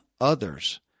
others